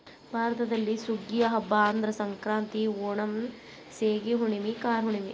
ಭಾರತದಲ್ಲಿ ಸುಗ್ಗಿಯ ಹಬ್ಬಾ ಅಂದ್ರ ಸಂಕ್ರಾಂತಿ, ಓಣಂ, ಸೇಗಿ ಹುಣ್ಣುಮೆ, ಕಾರ ಹುಣ್ಣುಮೆ